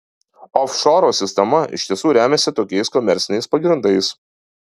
ofšoro sistema iš tiesų remiasi tokiais komerciniais pagrindais